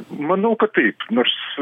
manau kad taip nors